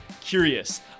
curious